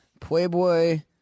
Playboy